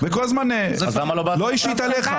אז למה לא באת לישיבות הוועדה?